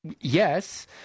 Yes